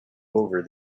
over